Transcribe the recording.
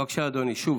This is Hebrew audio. בבקשה, אדוני, שוב